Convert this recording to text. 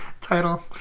title